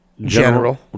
General